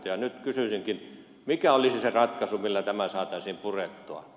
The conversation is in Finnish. nyt kysyisinkin mikä olisi se ratkaisu millä tämä saataisiin purettua